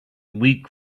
weak